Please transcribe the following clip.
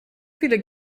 viele